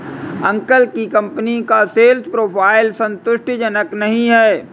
uncle की company का sales profile संतुष्टिजनक नही है